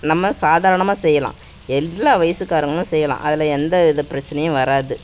நம்ம சாதாரணமாக செய்யலாம் எல்லா வயதுக்காரங்களும் செய்யலாம் அதில் எந்த இது பிரச்சினையும் வராது